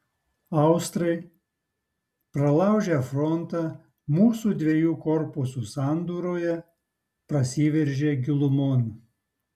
austrai pralaužę frontą mūsų dviejų korpusų sandūroje prasiveržė gilumon